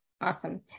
awesome